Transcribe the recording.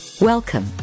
Welcome